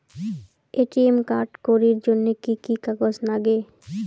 ATM card করির জন্যে কি কি কাগজ নাগে?